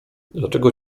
dlaczego